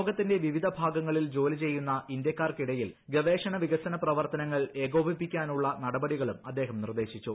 ലോകത്തിന്റെ വിവിധ ഭാഗങ്ങളിൽ ജോലി ചെയ്യുന്ന ഇന്ത്യക്കാർക്കിടയിൽ ഗവേഷണ വികസന പ്രവർത്തനങ്ങൾ ഏകോപിപ്പിക്കാനുള്ള നടപടികളും അദ്ദേഹം നിർദ്ദേശിച്ചു